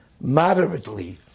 moderately